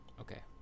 Okay